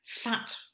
fat